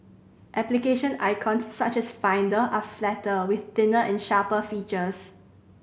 application icons such as Finder are flatter with thinner and sharper features